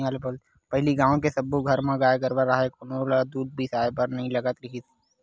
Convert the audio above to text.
पहिली गाँव के सब्बो घर म गाय गरूवा राहय कोनो ल दूद बिसाए बर नइ लगत रिहिस